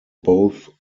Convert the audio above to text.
both